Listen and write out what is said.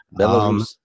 Belarus